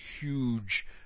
huge